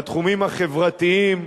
בתחומים החברתיים,